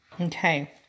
Okay